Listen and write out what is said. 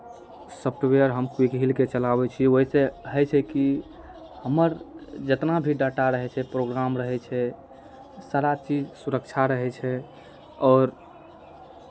software हम quick हिलके चलाबै छी ओहिसँ होइ छै की हमर जेतना भी डाटा रहै छै प्रोग्राम रहै छै सारा चीज सुरक्षा रहै छै आओर